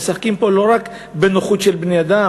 משחקים פה לא רק בנוחות של בני-אדם.